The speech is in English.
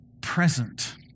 present